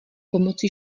pomocí